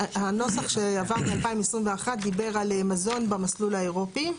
הנוסח שעבר ב-2021 דיבר על מזון במסלול האירופי.